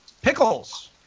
pickles